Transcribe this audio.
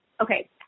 okay